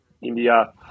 India